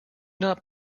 not